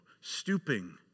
stooping